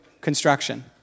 construction